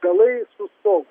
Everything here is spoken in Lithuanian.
galai su stogu